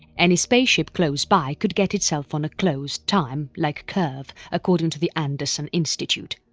any spaceship close by could get itself on a closed time like curve according to the anderson institute.